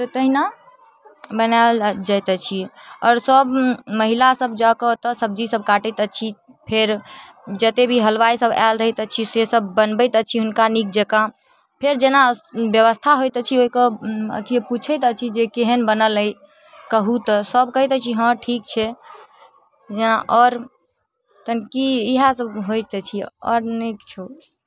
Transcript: तऽ तहिना मनायल जाइत अछि आओर सब महिला सब जाकऽ ओतय सब्जी सब काटैत अछि फेर जते भी हलुवाइ सब आयल रहैत अछि से सब बनबैत अछि हुनका नीक जकाँ फेर जेना व्यवस्था होइत अछि ओइके पूछैत अछि जे केहन बनल अइ कहू तऽ सब कहैत अछि हँ ठीक छै जेना आओर की इएह सब होइत अछि आओर नहि किछो